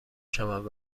شوند